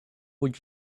would